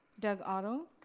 doug otto.